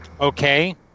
Okay